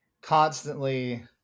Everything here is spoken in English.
constantly